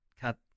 cut